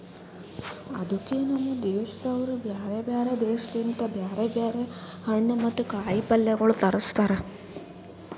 ಅದುಕೆ ನಮ್ ದೇಶದವರು ಬ್ಯಾರೆ ಬ್ಯಾರೆ ದೇಶ ಲಿಂತ್ ಬ್ಯಾರೆ ಬ್ಯಾರೆ ಹಣ್ಣು ಮತ್ತ ಕಾಯಿ ಪಲ್ಯಗೊಳ್ ತರುಸ್ತಾರ್